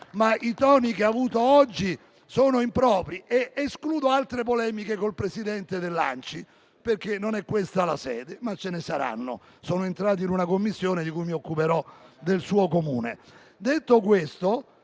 ma i toni che ha avuto oggi sono impropri ed escludo altre polemiche col Presidente dell'ANCI, perché non è questa la sede, ma ce ne saranno. Sono entrato in una Commissione in cui mi occuperò del suo Comune. Detto questo,